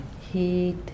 heat